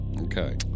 Okay